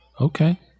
Okay